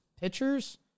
pitchers